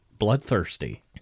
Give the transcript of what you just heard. bloodthirsty